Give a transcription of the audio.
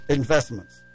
investments